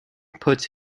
puts